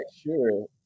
sure